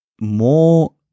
more